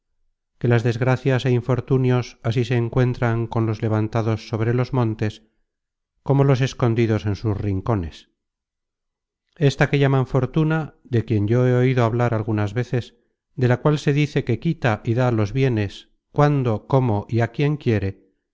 que las desgracias é infortunios así se encuentran con los levantados sobre los montes como con los escondidos en sus rincones ésta que llaman fortuna de quien yo he oido hablar algunas veces de la cual se dice que quita y da los bienes cuando como y á quien quiere